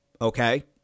Okay